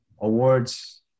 awards